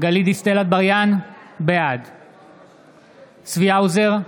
גלית דיסטל אטבריאן, בעד צבי האוזר,